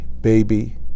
baby